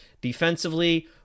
Defensively